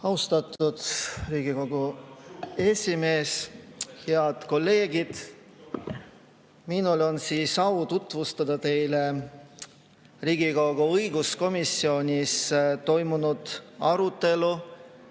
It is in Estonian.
Austatud Riigikogu esimees! Head kolleegid! Minul on au tutvustada teile Riigikogu õiguskomisjonis toimunud arutelu,